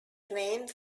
named